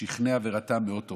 שכנע ורתם מאות תורמים.